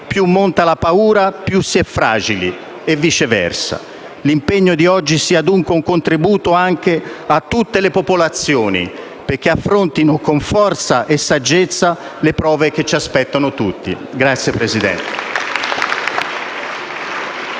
Più monta la paura, più si è fragili, e viceversa. L'impegno di oggi sia dunque un contributo anche a tutte le popolazioni, perché affrontino con forza e saggezza le prove che ci aspettano tutti. *(Applausi